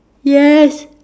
yes